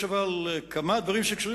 אבל יש כמה דברים שקשורים,